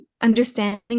understanding